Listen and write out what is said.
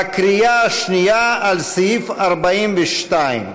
בקריאה השנייה, על סעיף 42,